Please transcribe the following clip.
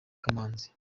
kamanzi